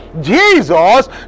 jesus